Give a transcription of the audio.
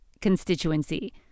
constituency